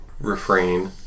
Refrain